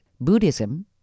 Buddhism